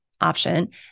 option